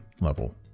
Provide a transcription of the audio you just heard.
level